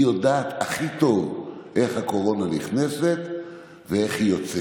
היא יודעת הכי טוב איך הקורונה נכנסת ואיך היא יוצאת.